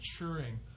maturing